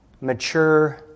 mature